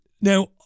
Now